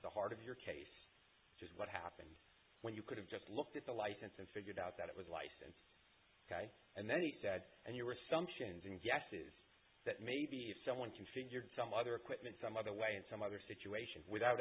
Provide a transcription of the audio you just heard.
the heart of your case just what happened when you could have just looked at the license and figured out that it was license and then he said and you were sanctioned ingested that maybe someone configured some other equipment some other way and some other situation without